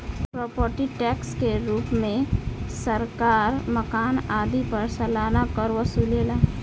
property tax के रूप में सरकार मकान आदि पर सालाना कर वसुलेला